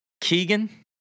Keegan